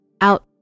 out